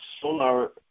solar